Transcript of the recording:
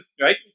right